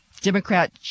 Democrat